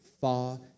far